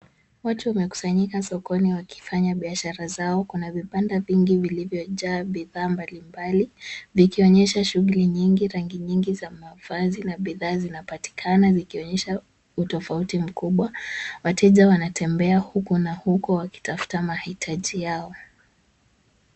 Watu wamekusanyika sokoni wakifanya biashara zao. Kuna vipanda vingi vilivyojaa bidhaa mbalimbali likionyesha shughuli nyingi, rangi nyingi za mavazi na bidhaa zinapatikana zikionyesha utofauti mkubwa. Wateja wanatembea huku na huko wakitafuta mahitaji yao.